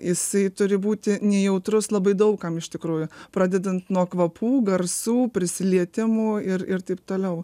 jisai turi būti nejautrus labai daug kam iš tikrųjų pradedant nuo kvapų garsų prisilietimų ir ir taip toliau